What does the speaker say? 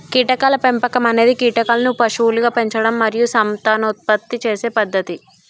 కీటకాల పెంపకం అనేది కీటకాలను పశువులుగా పెంచడం మరియు సంతానోత్పత్తి చేసే పద్ధతి